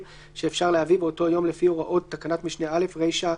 שאפשר להביא באותו יום לפי הוראות תקנת משנה (א) רישה.